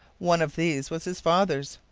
one of these was his father's,